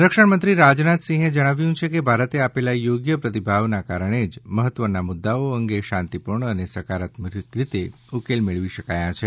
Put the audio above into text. સંરક્ષણ મંત્રી રાજનાથસિંહે જણાવ્યું છે કે ભારતે આપેલા યોગ્ય પ્રતિભાવના કારણે જ મહત્વના મુદ્દાઓ અંગે શાંતિપૂર્ણ અને સકારાત્મક રીતે ઉકેલ મેળવી શકાયા છે